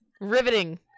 riveting